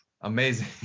amazing